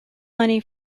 money